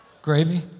Gravy